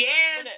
Yes